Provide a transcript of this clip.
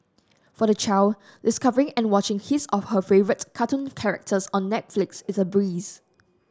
for the child discovering and watching his or her favourite cartoon characters on Netflix is a breeze